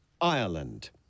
Ireland